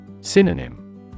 Synonym